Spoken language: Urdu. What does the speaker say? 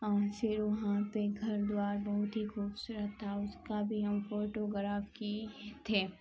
اور پھر وہاں پہ گھر دوار بہت ہی خوبصورت تھا اس کا بھی ہم فوٹوگراف کیے تھے